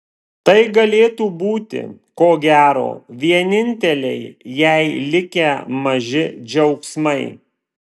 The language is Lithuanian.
tai galėtų būti ko gero vieninteliai jai likę maži džiaugsmai